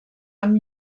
amb